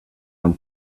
one